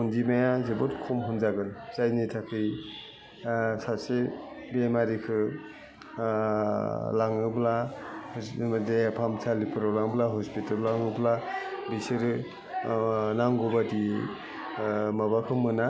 अनजिमाया जोबोद खम होनजागोन जायनि थाखै सासे बेमारिखो लाङोब्ला देहाफाहामसालिफ्राव लाङोब्ला हस्पिटालाव लाङोब्ला बिसोरो नांगौ बादि माबाखौ मोना